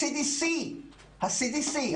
ה-CDC,